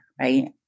right